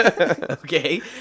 Okay